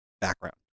background